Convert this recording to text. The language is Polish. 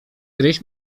gryźć